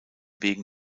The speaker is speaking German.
wegen